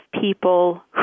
people